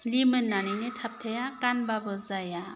लिमोननानैनो थाबथाया गानबाबो जाया